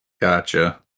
Gotcha